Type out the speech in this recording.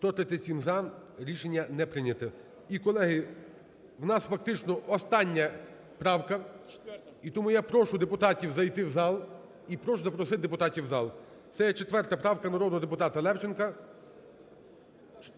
За-137 Рішення не прийняте. І, колеги, в нас фактично остання правка і тому я прошу депутатів зайти в зал і прошу запросити депутатів в зал – це є 4 правка народного депутата Левченка.